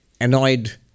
annoyed